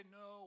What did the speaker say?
no